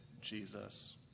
Jesus